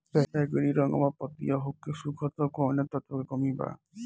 बैगरी रंगवा पतयी होके सुखता कौवने तत्व के कमी बा?